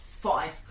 Fine